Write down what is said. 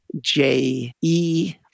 J-E